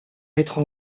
être